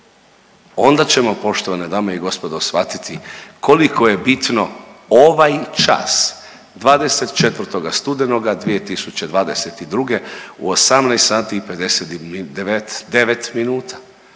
Onda ćemo poštovane dame i gospodo shvatiti koliko je bitno ovaj čas 24. studenoga 2022. u 18 sati